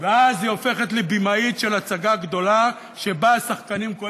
ואז היא הופכת לבימאית של הצגה גדולה שבה השחקנים הם כל